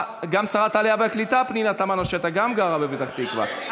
שרת העלייה והקליטה פנינה תמנו שטה גם גרה בפתח תקווה,